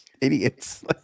idiots